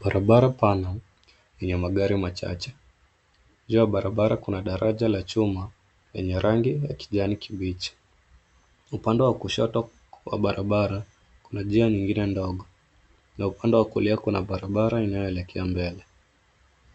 Barabara pana yenye magari machache. Juu ya barabara kuna daraja la chuma lenye rangi ya kijani kibichi. Upande wa kushoto wa barabara kuna njia nyingine ndogo na upande wa kulia kuna barabara inayoelekea mbele.